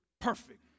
perfect